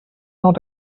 not